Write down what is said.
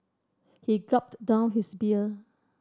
he gulped down his beer